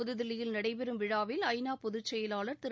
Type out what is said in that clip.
புதுதில்லியில் நடைபெறும் விழாவில் ஐ நா பொதுச் செயலாளர் திரு